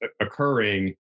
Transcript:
occurring